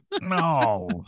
no